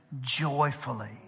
joyfully